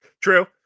True